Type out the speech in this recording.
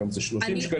היום זה שלושים שקלים.